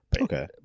Okay